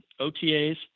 OTAs